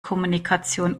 kommunikation